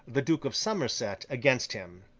the duke of somerset, against him.